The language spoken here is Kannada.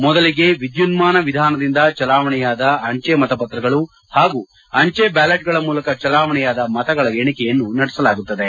ಮೊದಲಿಗೆ ವಿದ್ಯುನ್ಮಾನ ವಿಧಾನದಿಂದ ಚಲಾವಣೆಯಾದ ಅಂಚೆ ಮತಪತ್ರಗಳು ಹಾಗೂ ಅಂಚೆ ಬ್ಯಾಲೆಟ್ಗಳ ಮೂಲಕ ಚಲಾವಣೆಯಾದ ಮತಗಳ ಎಣಿಕೆಯನ್ನು ನಡೆಸಲಾಗುತ್ತದೆ